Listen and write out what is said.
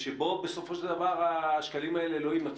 בסופו של דבר השקלים האלה לא ימצאו?